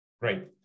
Great